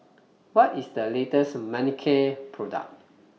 What IS The latest Manicare Product